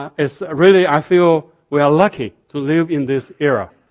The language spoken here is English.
ah it's really, i feel we're lucky to live in this era.